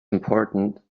important